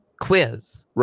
quiz